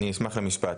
אני אשמח להוסיף משפט,